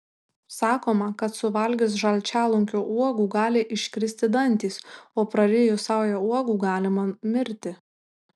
sakoma kad suvalgius žalčialunkio uogų gali iškristi dantys o prarijus saują uogų galima mirti